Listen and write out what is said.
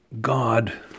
God